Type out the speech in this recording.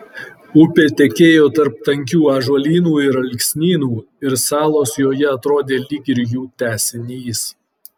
upė tekėjo tarp tankių ąžuolynų ir alksnynų ir salos joje atrodė lyg ir jų tęsinys